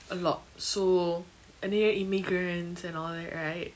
a lot so நேரய:neraya immigrants and all that right